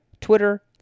Twitter